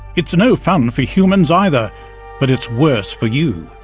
it's no fun for humans either but it's worse for you.